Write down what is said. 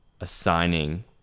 assigning